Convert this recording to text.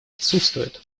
отсутствует